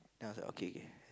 then I was like okay